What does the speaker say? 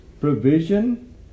Provision